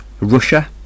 Russia